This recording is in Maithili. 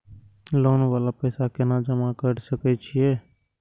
लोन वाला पैसा केना जमा कर सके छीये?